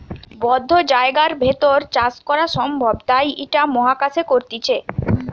বদ্ধ জায়গার ভেতর চাষ করা সম্ভব তাই ইটা মহাকাশে করতিছে